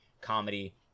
comedy –